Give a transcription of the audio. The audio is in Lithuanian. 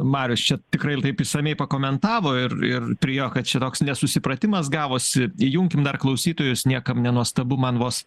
marius čia tikrai taip išsamiai pakomentavo ir ir priėjo kad čia toks nesusipratimas gavosi įjunkim dar klausytojus niekam nenuostabu man vos